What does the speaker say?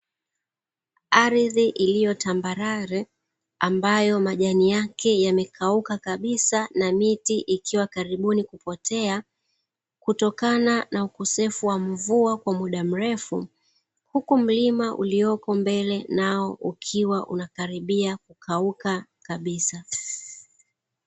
Ardhi iliyotambarare ambayo majani yake yamekauka kabisa na miti ikiwa karibuni kupotea, kutokana na ukosefu wa mvua kwa muda mrefu. Huku mlima uliopo mbele nao ukiwa unakaribia kukauka kabisa.